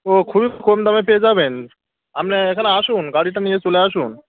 ও খুবই কম দামে পেয়ে যাবেন আপনি এখানে আসুন গাড়িটা নিয়ে চলে আসুন